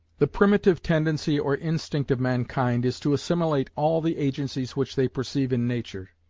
the primitive tendency or instinct of mankind is to assimilate all the agencies which they perceive in nature,